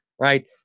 right